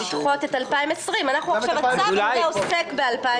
לדחות את 2020. הצו שלפנינו עוסק ב-2019.